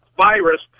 virus